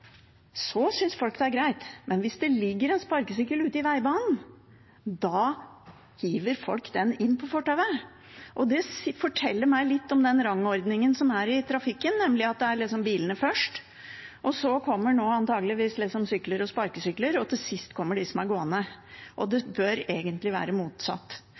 så synes folk det er greit. Men hvis det ligger en sparkesykkel ute i veibanen, da hiver folk den inn på fortauet. Det forteller meg litt om den rangordningen som er i trafikken, nemlig at det er bilene først, og så kommer antageligvis sykler og sparkesykler, og til sist kommer gående. Og det bør egentlig være motsatt.